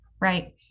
right